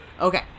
Okay